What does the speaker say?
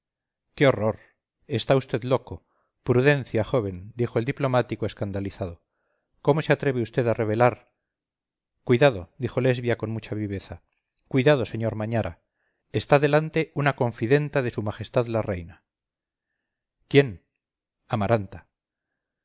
qué horror está vd loco prudencia joven dijo el diplomático escandalizado cómo se atreve vd a revelar cuidado dijo lesbia con mucha viveza cuidado sr mañara está delante una confidenta de s m la reina quién amaranta